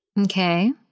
okay